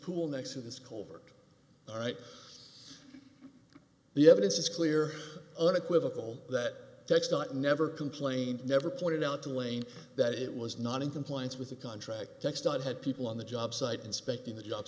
spool nexus covert all right the evidence is clear unequivocal that text never complain never pointed out to wayne that it was not in compliance with the contract text and had people on the job site inspecting the job